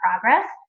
progress